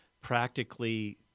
practically